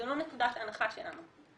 זו לא נקודת ההנחה שלנו.